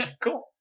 Cool